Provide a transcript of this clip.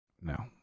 No